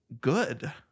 good